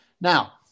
Now